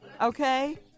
Okay